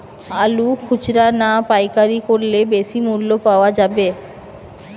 আলু খুচরা না পাইকারি করলে বেশি মূল্য পাওয়া যাবে?